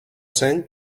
zen